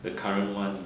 the current [one]